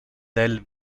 del